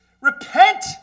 Repent